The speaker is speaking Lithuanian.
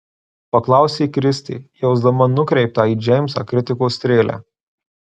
paklausė kristė jausdama nukreiptą į džeimsą kritikos strėlę